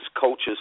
coaches